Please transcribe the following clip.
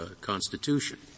Constitution